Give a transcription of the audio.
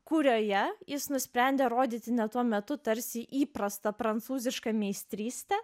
kurioje jis nusprendė rodyti ne tuo metu tarsi įprastą prancūzišką meistrystę